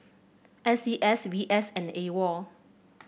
N C S V S and AWOL